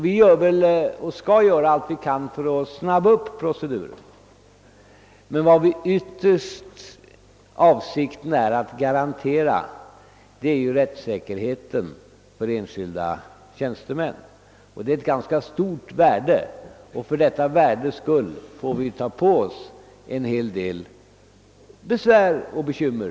Vi gör och skall göra allt vi kan för att påskynda proceduren. Vad bestämmelserna ytterst avser att garantera är emellertid rättssäkerheten för enskilda tjänstemän, och det är ett ganska stort värde. För detta värdes skull får vi ta på oss en hel del besvär och bekymmer.